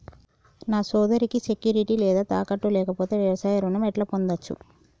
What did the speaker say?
నా సోదరికి సెక్యూరిటీ లేదా తాకట్టు లేకపోతే వ్యవసాయ రుణం ఎట్లా పొందచ్చు?